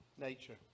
nature